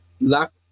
left